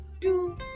two